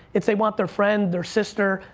it's they want their friend, their sister,